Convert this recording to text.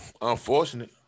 unfortunate